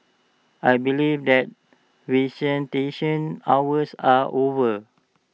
I believe that visitation hours are over